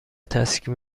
تسکین